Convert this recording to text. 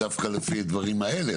דווקא לפי הדברים האלה.